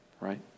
Right